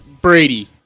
Brady